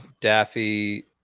Daffy